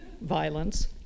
violence